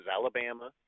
Alabama